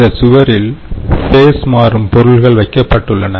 இந்த சுவரில் ஃபேஸ் மாறும் பொருள்கள் வைக்கப்பட்டுள்ளன